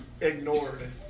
ignored